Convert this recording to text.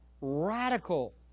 radical